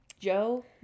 Joe